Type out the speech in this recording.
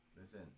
Listen